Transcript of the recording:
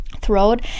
throat